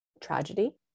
tragedy